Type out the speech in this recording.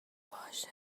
باشه